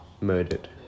Murdered